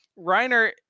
Reiner